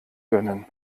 gönnen